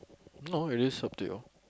no it's up to you